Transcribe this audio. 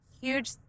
Huge